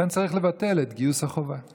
לכן צריך לבטל את גיוס החובה.